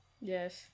Yes